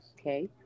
okay